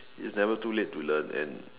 it's never too late to learn and